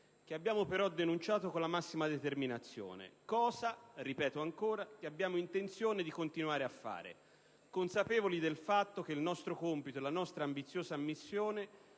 che abbiamo però denunciato con la massima determinazione, cosa che abbiamo intenzione di continuare a fare, consapevoli del fatto che il nostro compito e la nostra ambiziosa missione